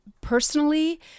personally